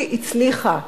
היא הצליחה,